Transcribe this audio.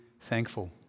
thankful